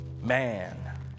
Man